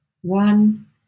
one